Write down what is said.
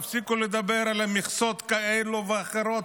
תפסיקו לדבר על מכסות כאלה ואחרות.